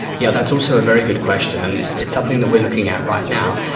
yeah that's also a very good question, and it's something that we are looking at right now.